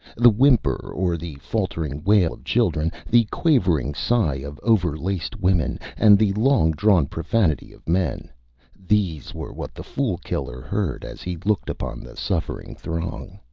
the whimper or the faltering wail of children, the quavering sigh of overlaced women, and the long-drawn profanity of men these were what the fool-killer heard as he looked upon the suffering throng.